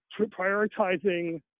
prioritizing